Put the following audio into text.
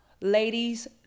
Ladies